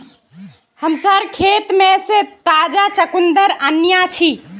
हमसार खेत से मी ताजा चुकंदर अन्याछि